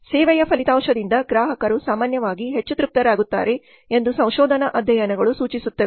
ಸೇವೆಯ ಫಲಿತಾಂಶದಿಂದ ಗ್ರಾಹಕರು ಸಾಮಾನ್ಯವಾಗಿ ಹೆಚ್ಚು ತೃಪ್ತರಾಗುತ್ತಾರೆ ಎಂದು ಸಂಶೋಧನಾ ಅಧ್ಯಯನಗಳು ಸೂಚಿಸುತ್ತವೆ